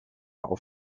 auf